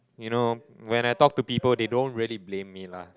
you know when I talk to people they don't really blame me lah